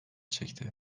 çekti